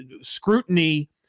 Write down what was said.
scrutiny